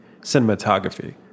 Cinematography